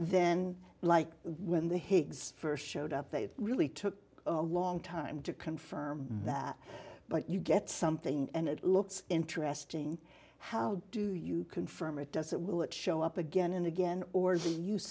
then like when the higgs st showed up they really took a long time to confirm that but you get something and it looks interesting how do you confirm it does it will it show up again and again or